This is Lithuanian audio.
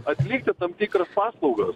atlikti tam tikras paslaugas